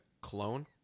clone